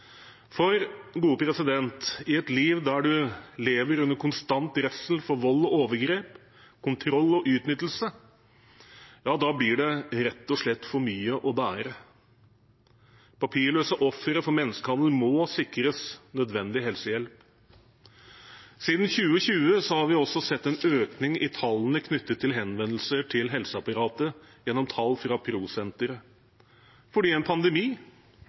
I et liv der man lever under konstant redsel for vold og overgrep, kontroll og utnyttelse, blir det rett og slett for mye å bære. Papirløse ofre for menneskehandel må sikres nødvendig helsehjelp. Siden 2020 har vi sett en økning i tallene knyttet til henvendelser til helseapparatet gjennom tall fra Pro Sentret, for en pandemi